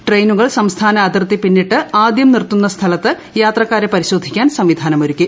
ട്രെയിനുകൾ സംസ്ഥാന അതിർത്തി പിന്നിട്ട് ആദ്യം നിർത്തുന്ന സ്ഥലത്ത് യാത്രക്കാരെ പരിശോധിക്കാൻ സംവിധാനമൊരുക്കി